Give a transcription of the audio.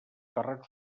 terrat